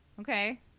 Okay